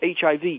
HIV